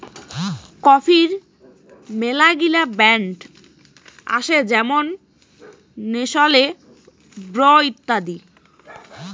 কফির মেলাগিলা ব্র্যান্ড আসে যেমন নেসলে, ব্রু ইত্যাদি